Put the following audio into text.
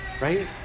right